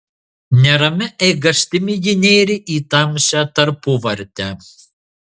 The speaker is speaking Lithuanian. neramia eigastimi ji nėrė į tamsią tarpuvartę